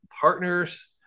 partners